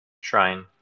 shrine